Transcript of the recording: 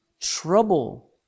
Trouble